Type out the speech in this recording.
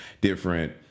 different